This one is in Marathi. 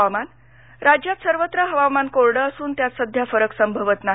हवामान राज्यात सर्वत्र हवामान कोरडं असून त्यात सध्या फरक संभवत नाही